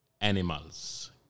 animals